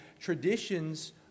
Traditions